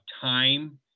time